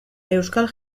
euskal